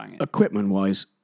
equipment-wise